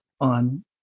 on